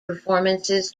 performances